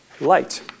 light